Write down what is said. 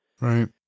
Right